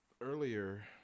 earlier